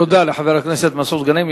תודה לחבר הכנסת מסעוד גנאים.